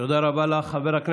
תודה רבה לך.